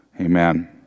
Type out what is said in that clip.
Amen